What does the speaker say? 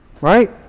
Right